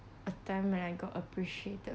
a time when I got appreciated